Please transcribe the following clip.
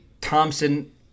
Thompson